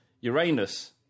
Uranus